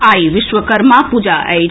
आई विश्वकर्मा पूजा अछि